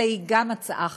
אלא היא גם הצעה חברתית,